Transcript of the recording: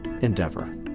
Endeavor